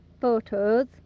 photos